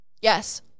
Yes